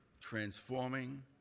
transforming